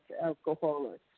alcoholics